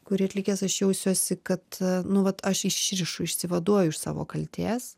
kurį atlikęs aš jausiuosi kad nu vat aš išrišu išsivaduoju iš savo kaltės